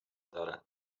دارند